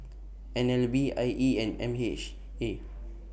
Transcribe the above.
N L B I E and M H A